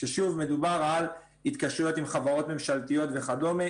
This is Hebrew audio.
ששוב מדובר על התקשרויות עם חברות ממשלתיות וכדומה.